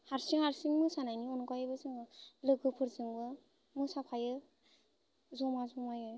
हारसिं हारसिं मोसानायनि अनगायैबो जोङो लोगोफोरजोंबो मोसाफायो ज'मा ज'मायै